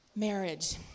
Marriage